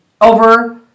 over